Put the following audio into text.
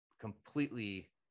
completely